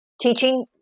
teaching